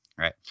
right